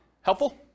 Helpful